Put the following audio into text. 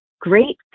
great